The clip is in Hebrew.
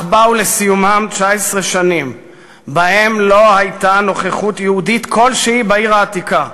כך באו לסיומן 19 שנים שבהן לא הייתה נוכחות יהודית כלשהי בעיר העתיקה,